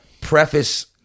preface